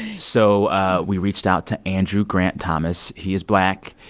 so ah we reached out to andrew grant-thomas. he is black.